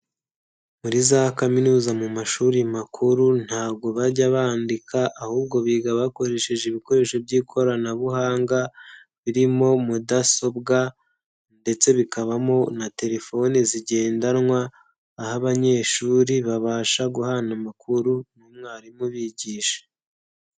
Muri za kaminuza mu mashuri makuru ntago bajya bandika ahubwo biga bakoresheje ibikoresho by'ikoranabuhanga, birimo mudasobwa ndetse bikabamo na terefoni zigendanwa, aho abanyeshuri babasha guhana amakuru n'umwarimu ubigisha.